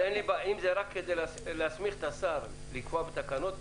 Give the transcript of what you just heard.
אם זה רק כדי להסמיך את השר לקבוע בתקנות,